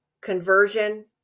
conversion